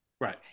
Right